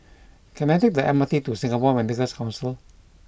can I take the M R T to Singapore Medical Council